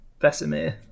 Vesemir